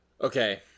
Okay